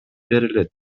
берилет